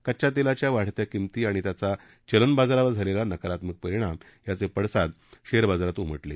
कच्च्या तेलाच्या वाढत्या किंमती आणि त्याचा चलनबाजारावर झालेला नकारात्मक परिणाम याचे पडसाद शेअर बाजारावर उमटले